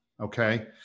Okay